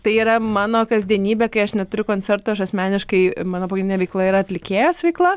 tai yra mano kasdienybė kai aš neturiu koncerto aš asmeniškai mano pagrindinė veikla yra atlikėjos veikla